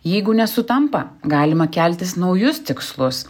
jeigu nesutampa galima keltis naujus tikslus